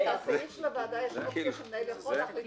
בסעיף של הוועדה יש אופציה שהמנהל יכול להחליט